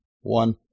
one